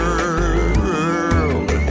world